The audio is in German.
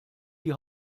die